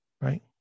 right